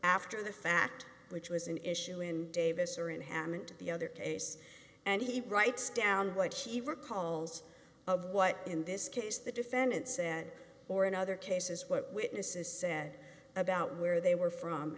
after the fact which was an issue in davis or in hammond the other case and he writes down what she recalls of what in this case the defendant said or in other cases what witnesses said about where they were from